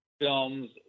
films